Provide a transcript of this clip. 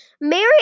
Mary